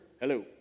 Hello